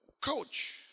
coach